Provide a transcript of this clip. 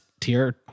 tier